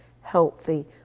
healthy